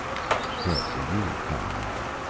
after you, comrade!